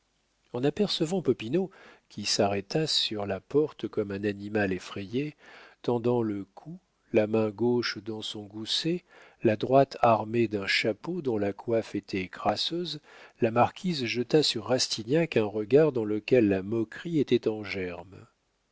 en apercevant popinot qui s'arrêta sur la porte comme un animal effrayé tendant le cou la main gauche dans son gousset la droite armée d'un chapeau dont la coiffe était crasseuse la marquise jeta sur rastignac un regard dans lequel la moquerie était en germe